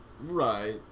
Right